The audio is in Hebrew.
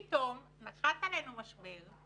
פתאום נחת עלינו משבר,